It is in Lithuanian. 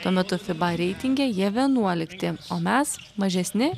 tuo metu fiba reitinge jie vienuolikti o mes mažesni